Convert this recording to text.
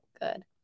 good